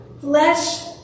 flesh